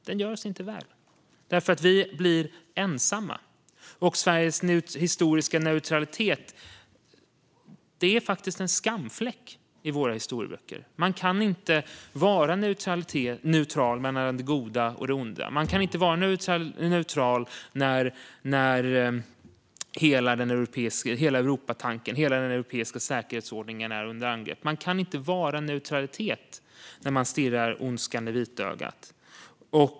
Den tjänar oss inte väl därför att vi blir ensamma. Och Sveriges historiska neutralitet är faktiskt en skamfläck i våra historieböcker. Man kan inte vara neutral mellan det goda och det onda. Man kan inte vara neutral när hela Europatanken och hela den europeiska säkerhetsordningen är under angrepp. Man kan inte vara neutral när man stirrar ondskan i vitögat.